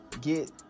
get